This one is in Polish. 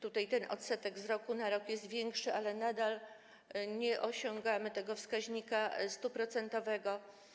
Tutaj ten odsetek z roku na rok jest większy, ale nadal nie osiągamy tego wskaźnika 100-procentowego.